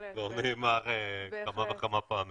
אמרתי במהלך הדיונים כמה וכמה פעמים.